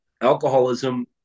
alcoholism